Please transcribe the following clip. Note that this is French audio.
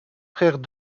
frères